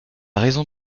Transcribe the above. raison